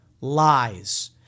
lies